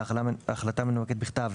בהחלטה מנומקת בכתב,